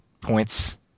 points